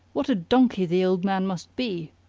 what a donkey the old man must be!